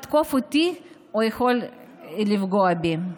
יתקוף אותי או יוכל לפגוע בי.